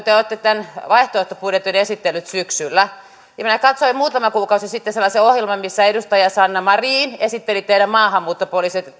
te te olette tämän vaihtoehtobudjettinne esitelleet syksyllä ja minä katsoin muutama kuukausi sitten sellaisen ohjelman missä edustaja sanna marin esitteli teidän maahanmuuttopoliittiset